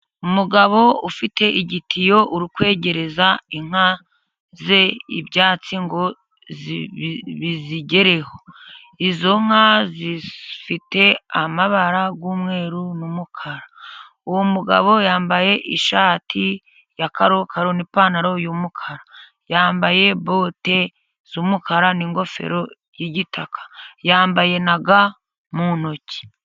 Umugabo ufite igitiyo uri kwegereza inka ze ibyatsi ngo bizigereho. Izo nka zifite amabara y'umweru n'umukara, uwo mugabo yambaye ishati ya karokaro n'ipantaro y'umukara. Yambaye bote z'umukara n'ingofero y'igitaka, yambaye na ga mu ntoki.